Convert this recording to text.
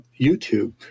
YouTube